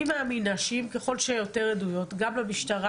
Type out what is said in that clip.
אני מאמינה שככל שיהיו יותר עדויות גם למשטרה,